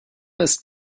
ist